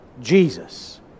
Jesus